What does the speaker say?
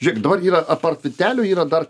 žiūrėk dabar yra apart vytelių yra dar